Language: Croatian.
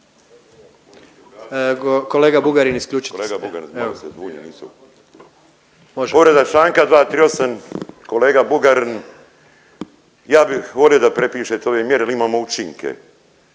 Kolega Bugarin, isključite se. **Bulj, Miro (MOST)** Povreda članka 238. Kolega Bugarin, ja bih volio da prepišete ove mjere jer imamo učinke.